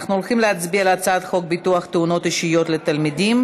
אנחנו הולכים להצביע על הצעת חוק ביטוח תאונות אישיות לתלמידים